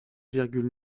virgule